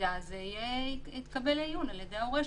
שהמידע הזה יתקבל לעיון על ידי אותו הורה.